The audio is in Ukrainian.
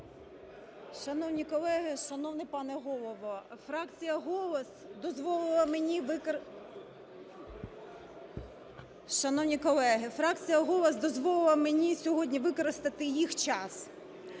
Шановні колеги! Шановний пане Голово! Фракція "Голос" дозволила мені використати…